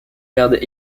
perdent